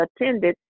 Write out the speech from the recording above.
attended